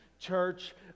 church